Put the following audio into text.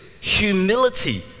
humility